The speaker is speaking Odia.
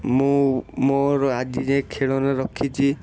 ମୁଁ ମୋର ଆଜି ଯାଏ ଖେଳନା ରଖିଛି